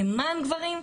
למען גברים,